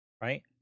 right